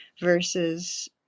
versus